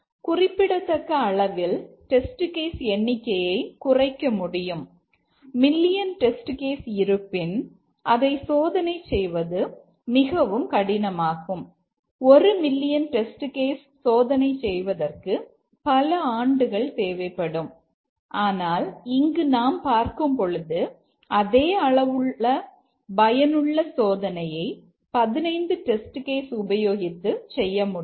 குறிப்பிடத்தக்க அளவில் test case எண்ணிக்கையை குறைக்க முடியும் மில்லியன் டெஸ்ட் கேஸ் இருப்பின் அதை சோதனை செய்வது மிகவும் கடினமாகும் ஒரு மில்லியன் டெஸ்ட் கேஸ் சோதனை செய்வதற்கு பல ஆண்டுகள் தேவைப்படும் ஆனால் இங்கு நாம் பார்க்கும் பொழுது அதே அளவு பயனுள்ள சோதனையை 15 டெஸ்ட் கேஸ் உபயோகித்து செய்ய முடியும்